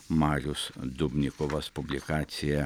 marius dubnikovas publikaciją